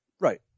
Right